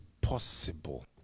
possible